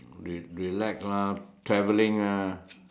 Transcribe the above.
re relax lah traveling lah